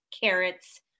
carrots